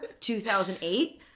2008